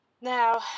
Now